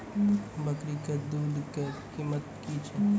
बकरी के दूध के कीमत की छै?